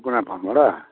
सुकुना फर्मबाट